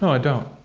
i don't.